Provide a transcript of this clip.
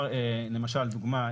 לדוגמה,